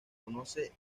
conoce